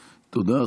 תודה.